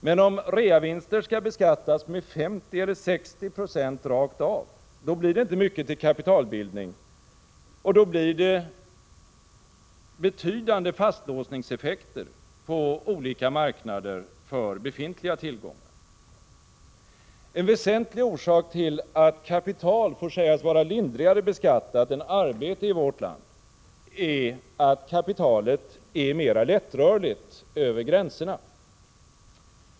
Men om reavinster skall beskattas med 50 eller 60 90 rakt av, då blir det inte mycket till kapitalbildning, och då blir det betydande fastlåsningseffekter på olika marknader för befintliga tillgångar. En väsentlig orsak till att kapital får sägas vara lindrigare beskattat än arbete i vårt land är att kapitalet är mera lättrörligt över gränserna.